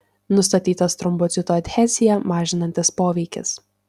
nustatytas trombocitų adheziją mažinantis poveikis